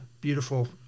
beautiful